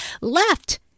left